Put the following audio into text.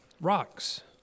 rocks